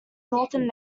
northern